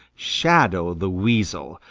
shadow the weasel,